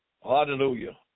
Hallelujah